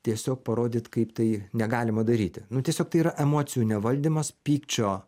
tiesiog parodyt kaip tai negalima daryti nu tiesiog tai yra emocijų nevaldymas pykčio